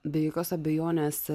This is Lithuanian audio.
be jokios abejonės